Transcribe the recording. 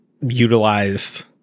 utilized